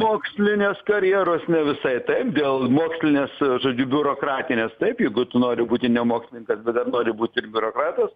mokslinės karjeros ne visai taip dėl mokslinės žodžiu biurokratinės taip jeigu tu nori būti ne mokslininkas bet dar nori būti ir biurokratas